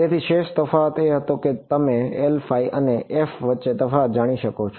તેથી શેષ તફાવત એ હતો કે તમે અને વચ્ચેનો તફાવત જાણો છો